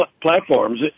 platforms